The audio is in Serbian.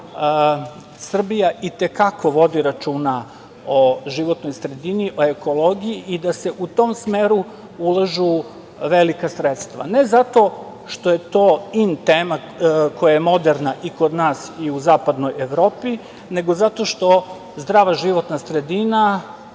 da Srbija i te kako vodi računa o životnoj sredini, o ekologiji i da se u tom smeru ulažu velika sredstva. Ne zato što je to in tema, koja je moderna i kod nas i u zapadnoj Evropi, nego zato što zdrava životna sredina